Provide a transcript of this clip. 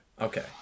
okay